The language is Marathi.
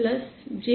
5 j0